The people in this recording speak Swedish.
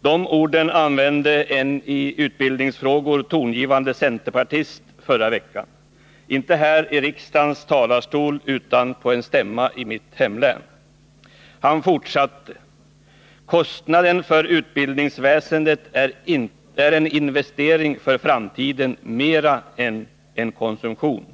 De orden använde en i utbildningsfrågor tongivande centerpartist förra veckan — inte här i riksdagens talarstol utan på en stämma i mitt hemlän. Han fortsatte: ”Kostnaden för utbildningsväsendet är en investering för framtiden mera än en konsumtion.